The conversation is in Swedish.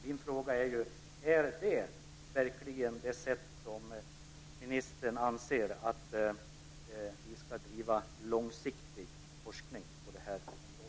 Min fråga är då: Är det verkligen på detta sätt ministern anser att vi ska bedriva långsiktig forskning när det gäller det här området?